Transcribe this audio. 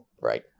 right